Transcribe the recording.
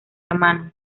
hermano